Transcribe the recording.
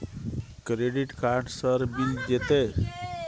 Credit card sir मिल जेतै?